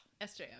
SJM